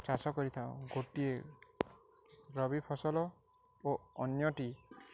ଚାଷ କରିଥାଉଁ ଗୋଟିଏ ରବି ଫସଲ ଓ ଅନ୍ୟଟି